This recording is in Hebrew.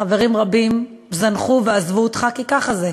חברים רבים זנחו ועזבו אותך, כי ככה זה,